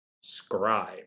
scribe